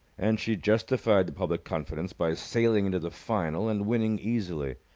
and she justified the public confidence by sailing into the final and winning easily.